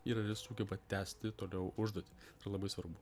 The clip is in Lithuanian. ir ar jis sugeba tęsti toliau užduotį yra labai svarbu